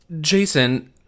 Jason